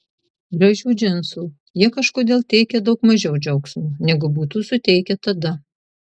gražių džinsų jie kažkodėl teikia daug mažiau džiaugsmo negu būtų suteikę tada